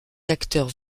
acteurs